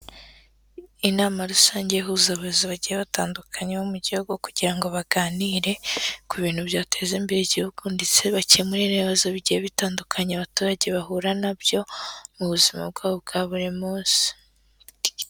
Inama rusange ihuza abayobozi bagiye batandukanye bo mu gihugu kugira ngo baganire ku bintu byateza imbere igihugu ndetse bakemure n'ibibazo bigiye bitandukanye, abaturage bahura nabyo mu buzima bwabo bwa buri munsi.